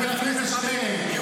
חבר הכנסת שטרן,